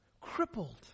crippled